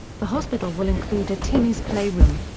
the hospital will include a timmy's playroom.